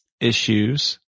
issues